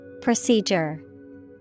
Procedure